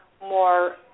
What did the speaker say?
more